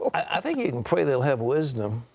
i think you can pray they'll have wisdom.